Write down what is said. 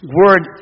word